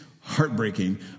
heartbreaking